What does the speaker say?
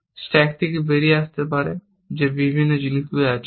stack থেকে বেরিয়ে আসতে পারে যে বিভিন্ন জিনিস আছে